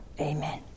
Amen